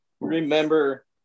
remember